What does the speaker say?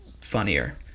funnier